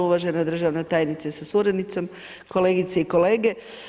Uvažena državna tajnice sa suradnicom, kolegice i kolege.